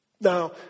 Now